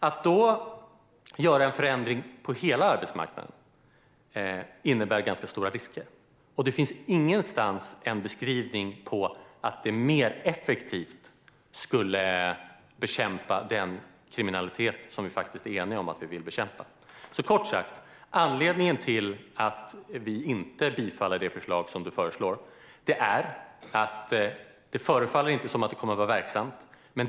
Att då göra en förändring på hela arbetsmarknaden innebär ganska stora risker, och det finns ingenstans en beskrivning av att det mer effektivt skulle bekämpa den kriminalitet som vi faktiskt är eniga om att vi vill bekämpa. Kort sagt: Anledningen till att vi inte bifaller det som du föreslår är att det inte förefaller vara verksamt.